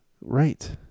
right